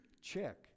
check